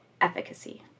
efficacy